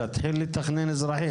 להתחיל לתכנן אזרחי.